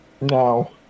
No